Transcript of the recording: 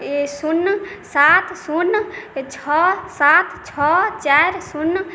शून्य सात शून्य छओ सात छओ चारि शून्य